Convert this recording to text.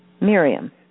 Miriam